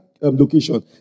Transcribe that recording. location